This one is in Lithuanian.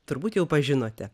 turbūt jau pažinote